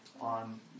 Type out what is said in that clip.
on